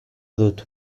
dut